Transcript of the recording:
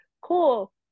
cool